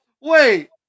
wait